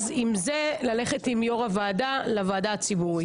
זה ללכת עם יושב ראש הוועדה לוועדה הציבורית.